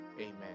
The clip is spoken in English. Amen